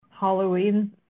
halloween